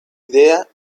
idea